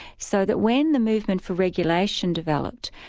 so that when the movement for regulation developed,